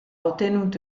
ottenuto